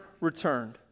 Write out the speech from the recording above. returned